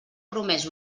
promès